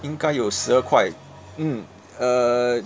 应该有十二块 mm err